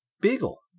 Beagle